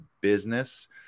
business